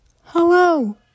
Hello